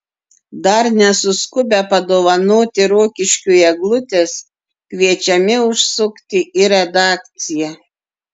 dar nesuskubę padovanoti rokiškiui eglutės kviečiami užsukti į redakciją